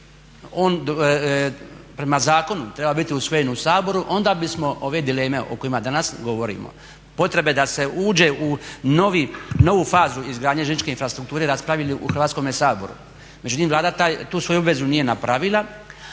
prema zakonu trebao biti usvojen u Saboru onda bismo ove dileme o kojima danas govorimo, potrebe da se uđe u novu fazu izgradnje željezničke infrastrukture raspravili u Hrvatskome saboru. Međutim, Vlada tu svoju obvezu nije napravila